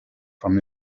from